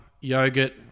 yogurt